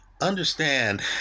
Understand